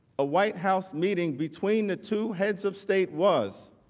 a white house meeting between the two heads of state was.